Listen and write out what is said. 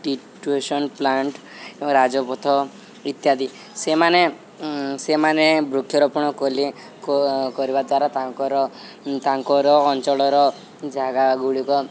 ଟିଟୁଏସନ plant ରାଜପଥ ଇତ୍ୟାଦି ସେମାନେ ସେମାନେ ବୃକ୍ଷରୋପଣ କଲେ କରିବା ଦ୍ୱାରା ତାଙ୍କର ତାଙ୍କର ଅଞ୍ଚଳର ଜାଗାଗୁଡ଼ିକ